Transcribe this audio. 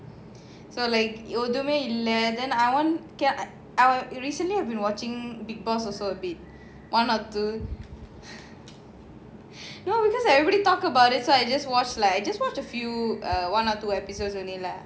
so like ஒண்ணுமேஇல்ல:onnume illa then I want recently I've been watching big boss also a bit one or two no because I already talk about it so I just watch lah I just watch a few or one or two episodes only lah